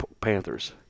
Panthers